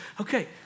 Okay